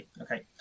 Okay